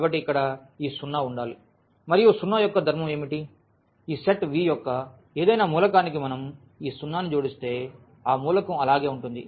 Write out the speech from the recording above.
కాబట్టి ఇక్కడ ఈ 0 ఉండాలి మరియు 0 యొక్క ధర్మము ఏమిటి ఈ సెట్ V యొక్క ఏదైనా మూలకానికి మనం ఈ 0 ని జోడిస్తే ఆ మూలకం అలాగే ఉంటుంది